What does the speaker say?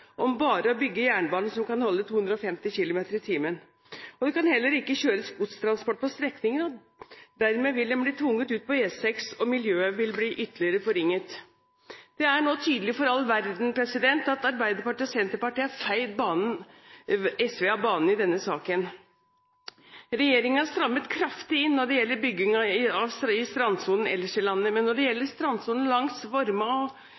om bare å bygge jernbane som kan holde 250 km/t. Det kan heller ikke kjøres godstransport på strekningen. Dermed vil den bli tvunget ut på E6 og miljøet vil bli ytterligere forringet. Det er nå tydelig for all verden at Arbeiderpartiet og Senterpartiet har feid SV av banen i denne saken. Regjeringen har strammet kraftig inn når det gjelder bygging i strandsonen ellers i landet, men når det